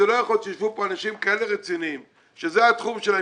לא יכול להיות שישבו כאן אנשים כאלה רציניים שזה התחום שלהם,